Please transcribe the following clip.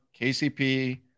KCP